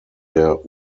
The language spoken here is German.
der